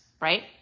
right